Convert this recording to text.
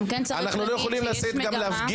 גם כן צריך להגיד שיש מגמה --- אנחנו